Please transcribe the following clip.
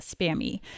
spammy